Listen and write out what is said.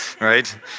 right